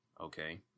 Okay